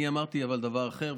אני אמרתי אבל דבר אחר,